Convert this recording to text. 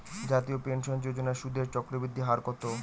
জাতীয় পেনশন যোজনার সুদের চক্রবৃদ্ধি হার কত?